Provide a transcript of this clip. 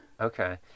Okay